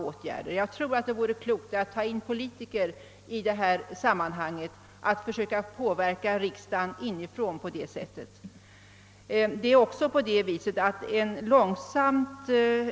Jag tror att det vore klokt att ta in politikerna i detta sammanhang och att försöka påverka riksdagen inifrån på det sättet.